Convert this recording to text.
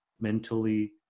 mentally